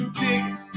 tickets